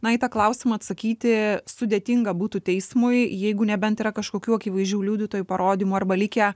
na į tą klausimą atsakyti sudėtinga būtų teismui jeigu nebent yra kažkokių akivaizdžių liudytojų parodymų arba likę